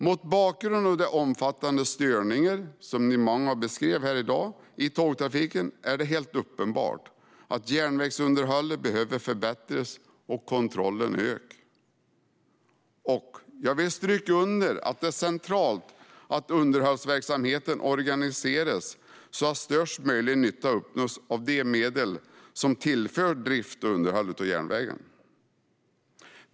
Mot bakgrund av de omfattande störningarna i tågtrafiken, som många i dag har beskrivit, är det helt uppenbart att järnvägsunderhållet behöver förbättras och att kontrollen behöver öka. Jag vill stryka under att det är centralt att underhållsverksamheten organiseras så att största möjliga nytta uppnås av de medel som tillförs drift och underhåll av järnvägen.